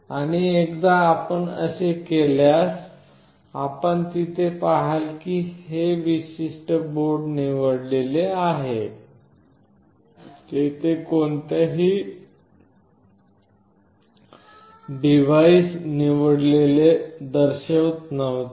आणि एकदा आपण असे केल्यास आपण येथे पहाल की हे विशिष्ट बोर्ड निवडलेले आहे पूर्वी तेथे कोणतेही डिव्हाइस device0 निवडलेले दर्शवत नव्हते